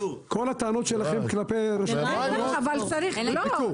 כל הטענות שלכם כלפי --- אימאן ח'טיב יאסין (רע"מ,